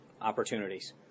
opportunities